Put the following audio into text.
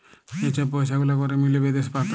যে ছব পইসা গুলা ক্যরে মিলে বিদেশে খাতায়